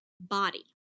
body